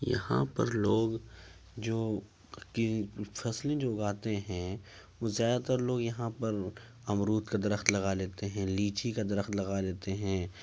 یہاں پر لوگ جو کہ فصلیں جو اگاتے ہیں وہ زیادہ تر لوگ یہاں پر امرود کا درخت لگا لیتے ہیں لیچی کا درخت لگا لیتے ہیں